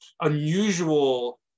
unusual